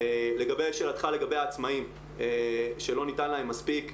לגבי שאלתך לגבי העצמאים שלא ניתן להם מספיק,